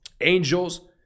Angels